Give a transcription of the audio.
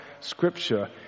scripture